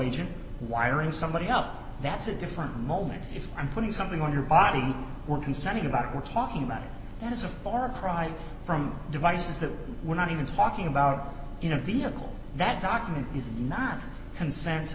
agent wiring somebody up that's a different moment if i'm putting something on your body you were consenting about we're talking about that is a far cry from devices that we're not even talking about you know vehicle that document is not consent